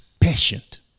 patient